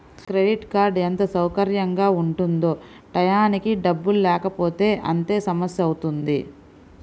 credit card ఎంత సౌకర్యంగా ఉంటుందో టైయ్యానికి డబ్బుల్లేకపోతే అంతే సమస్యవుతుంది